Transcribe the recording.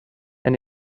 and